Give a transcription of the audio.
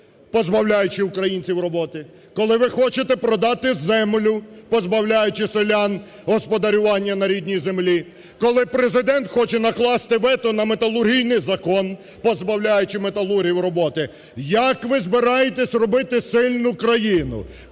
позбавляючи українців роботи, коли ви хочете продати землю, позбавляючи селян господарювання на рідній землі, коли Президент хоче накласти вето на металургійний закон, позбавляючи металургів роботи? Як ви збираєтесь робити сильну країну?